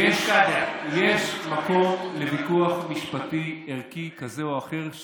משפט הסיום שלי: יש מקום לוויכוח משפטי ערכי כזה או אחר,